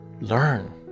learn